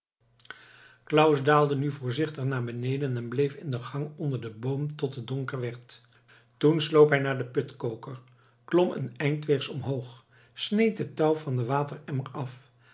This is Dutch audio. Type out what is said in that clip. claus daalde nu voorzichtig naar beneden en bleef in de gang onder den boom tot het donker werd toen sloop hij naar den putkoker klom een eindweegs omhoog sneed het touw van den wateremmer af